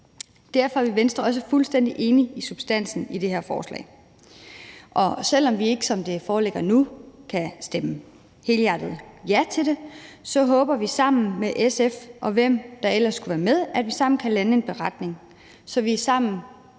Derfor er vi i Venstre også fuldstændig enige i substansen i det her forslag, og selv om vi ikke, som det foreligger nu, kan stemme helhjertet ja til det, så håber vi, at vi sammen med SF, og hvem der ellers kunne være med, kan lande en beretning, så vi i et